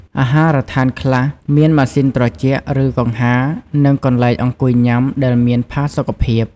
អាហារដ្ឋានខ្លះមានម៉ាស៊ីនត្រជាក់ ឬកង្ហារ និងកន្លែងអង្គុយញ៉ាំដែលមានផាសុខភាព។